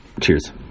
Cheers